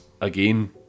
again